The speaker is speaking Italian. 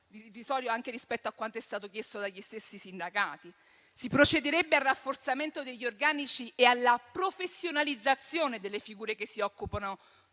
anche rispetto a quanto è stato chiesto dagli stessi sindacati. Si procederebbe al rafforzamento degli organici e alla professionalizzazione delle figure che si occupano